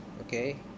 okay